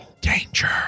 Danger